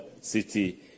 City